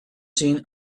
seen